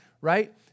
right